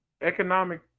economic